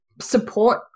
support